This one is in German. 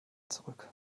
zurück